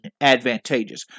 advantageous